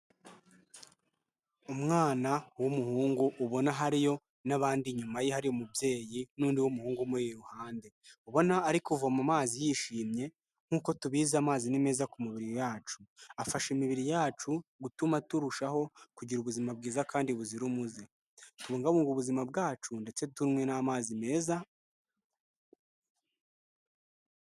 Umwana w'umuhungu ubona hariyo n'abandi inyuma ye hari umubyeyi n'undi w'umuhungu umuri iruhande ubona ari kuvoma amazi yishimye, nk'uko tubizi amazi ni meza ku mubiri yacu. Afasha imibiri yacu gutuma turushaho kugira ubuzima bwiza kandi buzira umuze. Tubungabunge ubuzima bwacu ndetse tunywe n'amazi meza.